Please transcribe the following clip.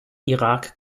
irak